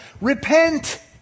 Repent